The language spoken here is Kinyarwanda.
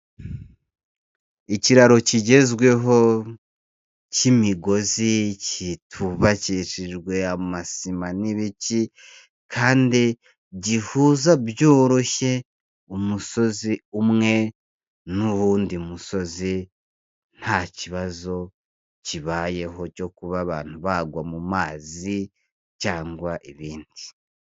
Ikiraro kigezweho cy'imigozi kitubakishijwe amasima n'ibiki, kandi gihuza byoroshye umusozi umwe n'uwundi musozi nta kibazo kibayeho cyo kuba bagwa mu mazi cyangwa ibindi.